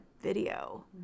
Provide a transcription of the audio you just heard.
video